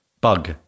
Bug